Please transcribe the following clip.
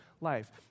life